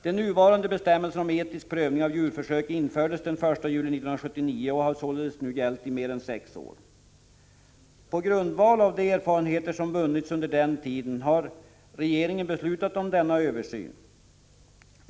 De nuvarande bestämmelserna om etisk prövning av djurförsök infördes den 1 juli 1979 och har således gällt i mer än sex år. På grundval av de erfarenheter som vunnits under den tiden har regeringen beslutat om denna översyn.